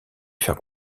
faire